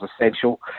essential